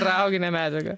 rauginė medžiaga